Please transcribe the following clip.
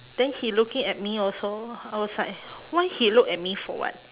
then he looking at me also I was like why he look at me for what